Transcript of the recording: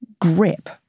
grip